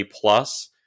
plus